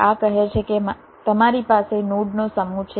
આ કહે છે કે તમારી પાસે નોડ નો સમૂહ છે